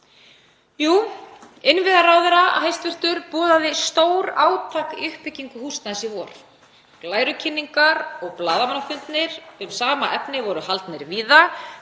innviðaráðherra boðaði stórátak í uppbyggingu húsnæðis í vor. Glærukynningar og blaðamannafundir um sama efni voru haldnir víða,